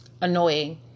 annoying